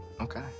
Okay